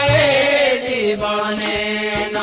a a